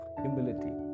humility